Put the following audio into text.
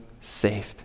saved